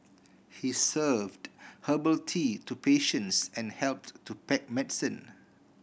he served herbal tea to patients and helped to pack medicine